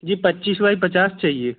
जी पच्चीस बाई पचास चहिए